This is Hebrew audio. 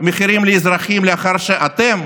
מחירים לאזרחים לאחר שאתם